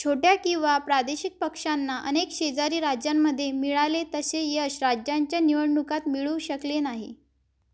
छोट्या किंवा प्रादेशिक पक्षांना अनेक शेजारी राज्यांमध्ये मिळाले तसे यश राज्याच्या निवडणुकांत मिळू शकले नाही